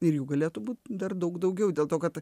ir jų galėtų būt dar daug daugiau dėl to kad